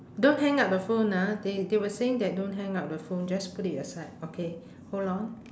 don't hang up the phone ah they they were saying that don't hang up the phone just put it aside okay hold on